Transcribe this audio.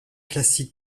classique